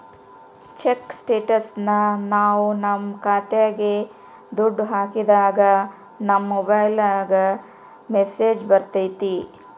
check ಸ್ಟೇಟಸ್ನ ನಾವ್ ನಮ್ ಖಾತೆಗೆ ದುಡ್ಡು ಹಾಕಿದಾಗ ನಮ್ ಮೊಬೈಲ್ಗೆ ಮೆಸ್ಸೇಜ್ ಬರ್ತೈತಿ